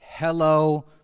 Hello